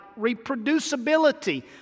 reproducibility